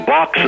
Box